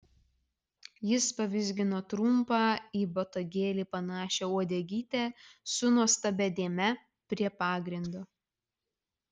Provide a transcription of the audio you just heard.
jis pavizgino trumpą į botagėlį panašią uodegytę su nuostabia dėme prie pagrindo